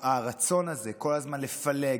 הרצון הזה כל הזמן לפלג